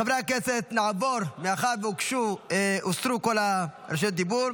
חברי הכנסת, מאחר שהוסרו כל הבקשות לרשות דיבור,